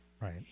Right